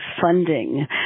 funding